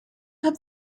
have